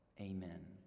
Amen